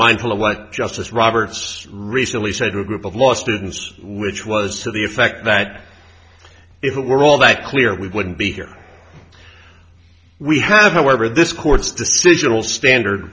mindful of what justice roberts recently said to a group of law students which was to the effect that if it were all that clear we wouldn't be here we have however this court's decision will standard